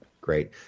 Great